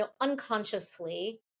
unconsciously